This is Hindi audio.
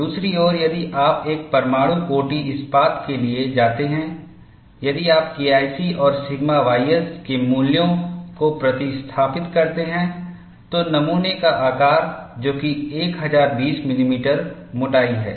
दूसरी ओर यदि आप एक परमाणु कोटि इस्पात के लिए जाते हैं यदि आप केआईसी और सिग्मा ys के मूल्यों को प्रतिस्थापित करते हैं तो नमूने का आकार जो कि 1020 मिलीमीटर मोटाई है